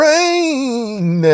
Rain